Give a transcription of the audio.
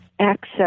access